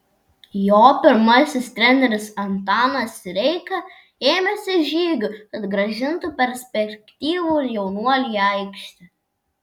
jo pirmasis treneris antanas sireika ėmėsi žygių kad grąžintų perspektyvų jaunuolį į aikštę